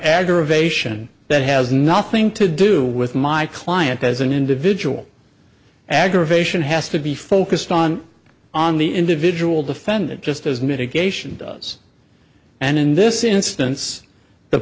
aggravation that has nothing to do with my client as an individual aggravation has to be focused on on the individual defendant just as mitigation does and in this instance the